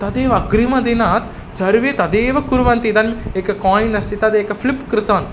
तदेव अग्रिमदिनात् सर्वे तदेव कुर्वन्ति इदानीम् एकं कोइन् अस्ति तदेकं फ़्लिप् कृतम्